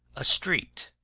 a street